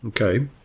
Okay